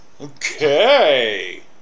Okay